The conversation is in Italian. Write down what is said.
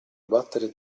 battere